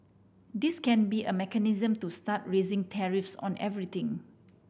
this can't be a mechanism to start raising tariffs on everything